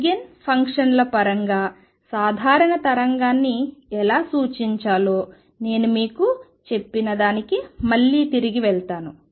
eigen ఫంక్షన్ల పరంగా సాధారణ తరంగాన్ని ఎలా సూచించాలో నేను మీకు చెప్పినదానికి మళ్లీ తిరిగి వెళ్తాను